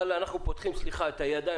אבל אנחנו פותחים את הידיים